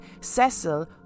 Cecil